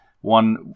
one